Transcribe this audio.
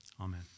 Amen